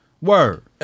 Word